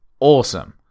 awesome